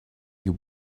you